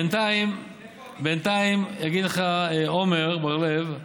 בינתיים יגיד לך עמר בר-לב,